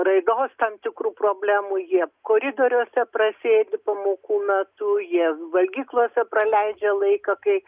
raidos tam tikrų problemų jie koridoriuose prasėdi pamokų metu jie valgyklose praleidžia laiką kai